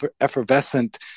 effervescent